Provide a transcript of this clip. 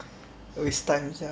waste time sia